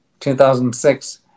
2006